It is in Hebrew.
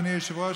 אדוני היושב-ראש,